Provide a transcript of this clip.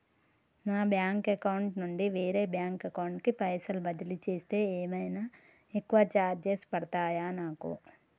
నా bank account నుండి వేరే బ్యాంక్ అకౌంట్ కి పైసల్ బదిలీ చేస్తే ఏమైనా ఎక్కువ చార్జెస్ పడ్తయా నాకు?